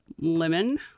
Lemon